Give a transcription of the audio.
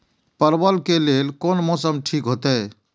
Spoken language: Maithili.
परवल के लेल कोन मौसम ठीक होते?